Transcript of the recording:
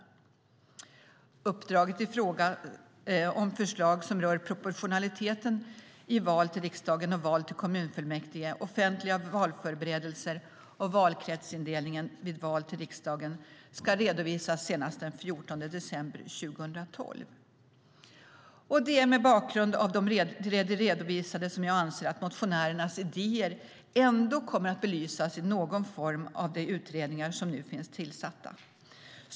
Uppdraget i fråga om förslag som rör proportionaliteten i val till riksdagen och val till kommunfullmäktige, offentliga valförberedelser och valkretsindelningen vid val till riksdagen ska redovisas senast den 14 december 2012. Det är mot bakgrund av det ovan redovisade som jag anser att motionärernas idéer i någon form kommer att belysas av de utredningar som nu finns tillsatta.